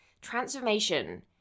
transformation